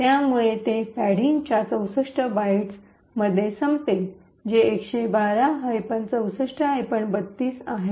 त्यामुळे ते पॅडिंगच्या ६४ बाइट्स मध्ये संपेल जे ११२ ६४ ३२ आहे